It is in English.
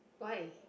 why